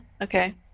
Okay